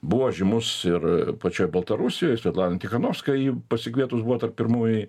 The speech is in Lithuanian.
buvo žymus ir pačioj baltarusijoj svetlana tychanovska jį pasikvietus buvo tarp pirmųjų